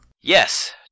Yes